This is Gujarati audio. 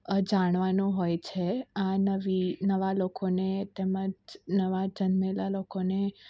જાણવાનું હોય છે આ નવી નવા લોકોને તેમજ નવા જન્મેલા લોકોને